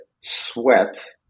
sweat